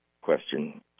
question